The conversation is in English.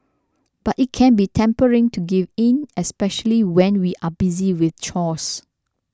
but it can be tempting to give in especially when we are busy with chores